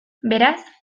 beraz